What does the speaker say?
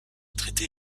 traité